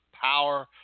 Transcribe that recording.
power